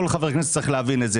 כל חבר כנסת צריך להבין אותו.